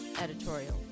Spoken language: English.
editorial